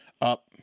up